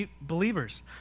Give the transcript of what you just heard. believers